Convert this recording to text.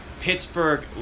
Pittsburgh